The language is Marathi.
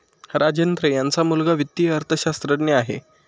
राजेंद्र यांचा मुलगा वित्तीय अर्थशास्त्रज्ञ आहे